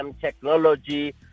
technology